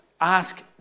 Ask